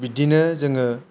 बिदिनो जोङो